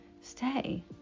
stay